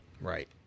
Right